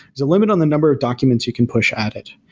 there's a limit on the number of documents you can push at it.